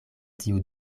tiu